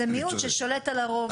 ששולט על הרוב.